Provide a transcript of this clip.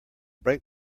brake